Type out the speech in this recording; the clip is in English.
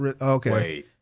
okay